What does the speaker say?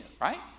right